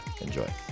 Enjoy